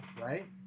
Right